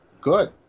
good